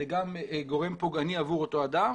זה גם גורם פוגעני עבור אותו אדם,